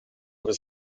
was